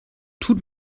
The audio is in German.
tut